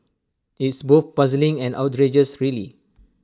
it's both puzzling and outrageous really